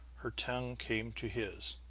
her tongue came to his.